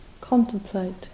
contemplate